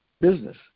business